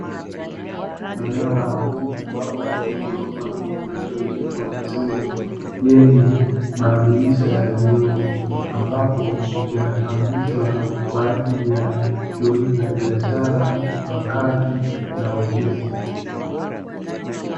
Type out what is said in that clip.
Eneo la mjini ambapo kuna magorofa mengi yaliyojengwa vizuri yenye madirisha ya vioo ambapo yanapangishwa kwa ajili ya shughuli za biashara, makazi na ofisi.